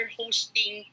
hosting